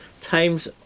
times